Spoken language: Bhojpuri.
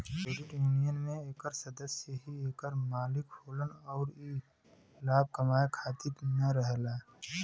क्रेडिट यूनियन में एकर सदस्य ही एकर मालिक होलन अउर ई लाभ कमाए खातिर न रहेला